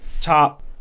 top